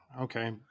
okay